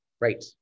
Right